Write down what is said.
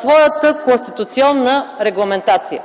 своята конституционна регламентация.